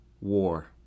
War